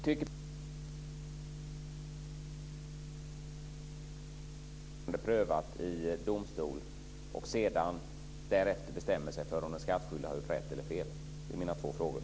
Tycker Per Erik Granström att det är rimligt att den som vill ha ett ärende prövat i domstol först betalar skatt, och därefter bestämmer man sig för om den skattskyldige har gjort rätt eller fel? Det är mina två frågor.